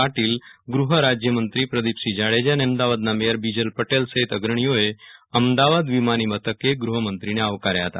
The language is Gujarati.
પટીલ ગૃહ રાજ્યમંત્રી પ્રદીપસિંહ જાડેજા અને અમદાવાદના મેયર બીજલ પટેલ સહિત અગ્રણીઓએ અમદાવાદ વિમાની મથકે ગ્રહમંત્રીને આવકાર્યા હતા